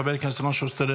חבר הכנסת אלון שוסטר,